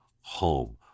home